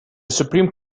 supreme